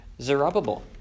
Zerubbabel